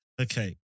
Okay